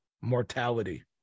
mortality